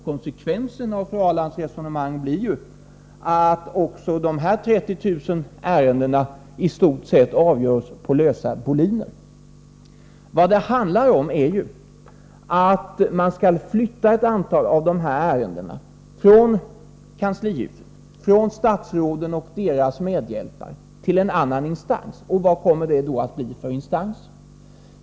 Konsekvensen av fru Ahrlands resonemang blir att även dessa 30 000 ärenden i stort sett avgörs på lösa boliner. Vad det handlar om är ju att man skall flytta ett antal av dessa ärenden från kanslihuset, från statsråden och deras medhjälpare, till en annan instans. Och vad kommer det då att bli för instans?